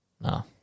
No